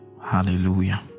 Hallelujah